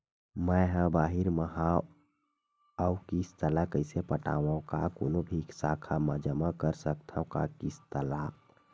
मैं हा बाहिर मा हाव आऊ किस्त ला कइसे पटावव, का कोनो भी शाखा मा जमा कर सकथव का किस्त ला?